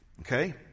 Okay